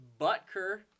Butker